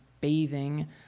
bathing